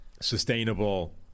sustainable